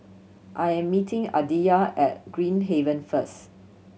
I am meeting Aditya at Green Haven first